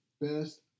best